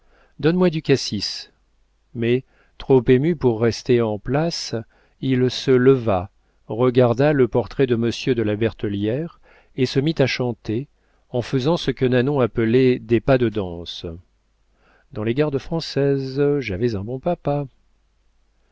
donne-moi du cassis mais trop ému pour rester en place il se leva regarda le portrait de monsieur de la bertellière et se mit à chanter en faisant ce que nanon appelait des pas de danse dans les gardes françaises j'avais un bon papa